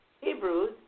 Hebrews